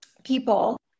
people